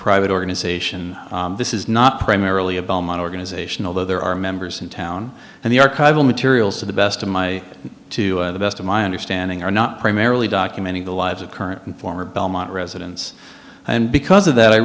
private organization this is not primarily a belmont organization although there are members in town and the archival materials to the best of my to the best of my understanding are not primarily documenting the lives of current and former belmont residents and because of that i